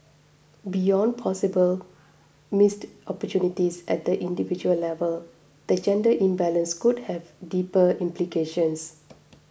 beyond possible missed opportunities at the individual level the gender imbalance could have deeper implications